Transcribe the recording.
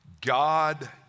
God